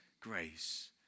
grace